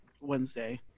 Wednesday